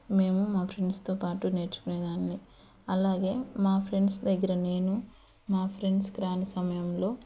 మేము మా ఫ్రెండ్స్తో పాటు నేర్చుకునే దాన్ని అలాగే మా ఫ్రెండ్స్ దగ్గర నేను మా ఫ్రెండ్స్కి రాని సమయంలో